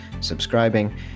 subscribing